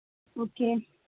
okay